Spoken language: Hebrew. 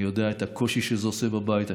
אני יודע מה הקושי שזה עושה בבית.